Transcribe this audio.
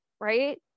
right